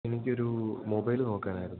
എനിക്ക് ഒരു മൊബൈല് നോക്കാനായിരുന്നു